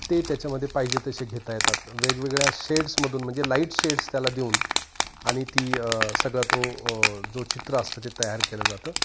ते त्याच्यामध्ये पाहिजे तसे घेता येतात वेगवेगळ्या शेड्समधून म्हणजे लाईट शेड्स त्याला देऊन आणि ती सगळा तो जो चित्र असतं ते तयार केलं जातं